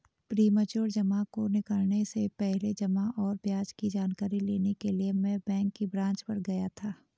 premature जमा को निकलने से पहले जमा और ब्याज की जानकारी लेने के लिए मैं बैंक की ब्रांच पर गया था